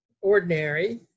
ordinary